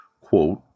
quote